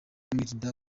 mwirinde